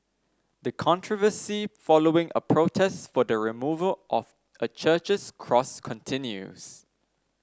the controversy following a protest for the removal of a church's cross continues